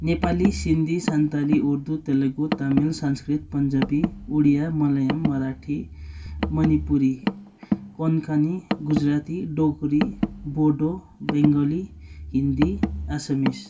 Nepali Sindhi Santhali Urdu Telugu Tamil Sanskrit Punjabi Odia Malayalam Marathi Manipuri Konkani Gujarati Dogri Bodo Bengali Hindi Assamese